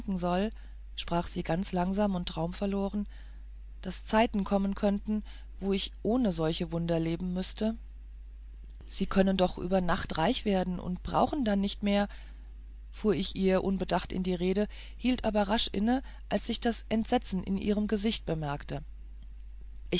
sprach ganz langsam und traumverloren daß zeiten kommen könnten wo ich ohne solche wunder leben müßte sie können doch über nacht reich werden und brauchen dann nicht mehr fuhr ich ihr unbedacht in die rede hielt aber rasch inne als ich das entsetzen in ihrem gesicht bemerkte